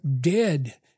dead